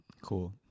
Cool